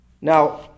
Now